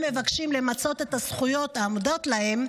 מבקשים למצות את הזכויות העומדות להם,